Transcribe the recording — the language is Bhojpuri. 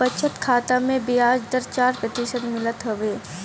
बचत खाता में बियाज दर चार प्रतिशत मिलत हवे